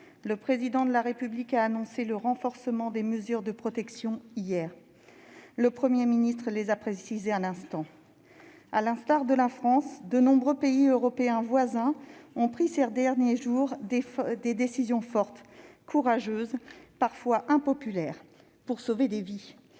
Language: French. Le Président de la République a annoncé le renforcement des mesures de protection hier. Le Premier ministre les a précisées à l'instant. À l'instar de la France, de nombreux pays européens voisins ont pris, ces derniers jours, des décisions fortes, courageuses, parfois impopulaires, pour sauver des vies,